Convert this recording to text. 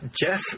Jeff